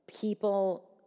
people